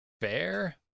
Fair